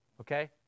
Okay